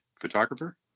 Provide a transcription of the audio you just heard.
photographer